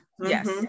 yes